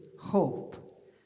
hope